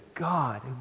God